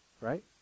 right